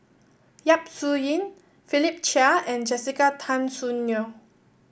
Yap Su Yin Philip Chia and Jessica Tan Soon Neo